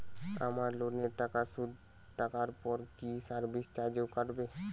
আমার লোনের টাকার সুদ কাটারপর কি সার্ভিস চার্জও কাটবে?